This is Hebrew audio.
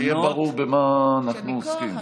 שיהיה ברור במה אנחנו עוסקים.